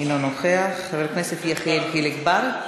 אינו נוכח, חבר הכנסת יחיאל חיליק בר,